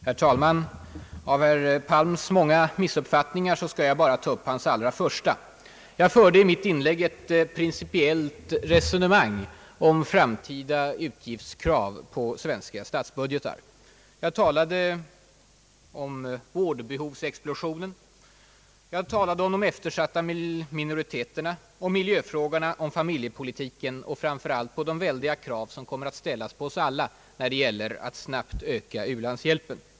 Herr talman! Av herr Palms många missuppfattningar skall jag bara ta upp hans första. Jag förde i mitt inlägg ett principiellt resonemang om framtida utgiftskrav hos svenska statsbudgeter. Jag beskrev vårdbehovsexplosionen. Jag talade om de eftersatta minoriteterna, om miljöfrågorna, om familjepolitiken och framför allt om de väldiga krav som kommer att ställas på oss alla när det gäller att snabbt öka u-landshjälpen.